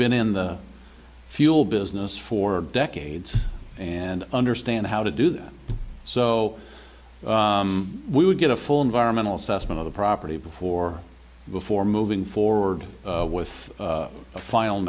been in the fuel business for decades and understand how to do that so we would get a full environmental assessment of the property before before moving forward with a final